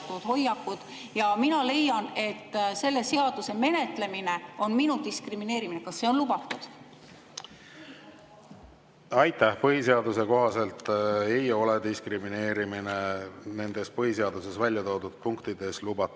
ja mina leian, et selle seaduse menetlemine on minu diskrimineerimine. Kas see on lubatud? Aitäh! Põhiseaduse kohaselt ei ole diskrimineerimine nendes põhiseaduses välja toodud punktides lubatud